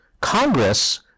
Congress